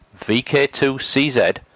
VK2CZ